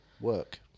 work